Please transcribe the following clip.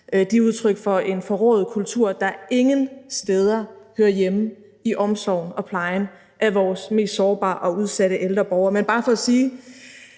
De er udtryk for en forrået kultur, der ingen steder hører hjemme i omsorgen for og plejen af vores mest sårbare og udsatte ældre borgere. Men det er bare for at sige,